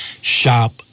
shop